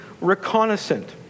reconnaissance